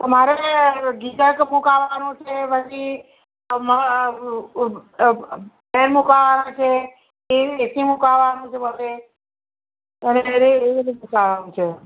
તો મારે ગીઝર મુકાવવાનું છે પછી અ ફેન મુકાવવાનો છે એવી એસી મુકાવવાનું છે બધે મુકાવવાનું છે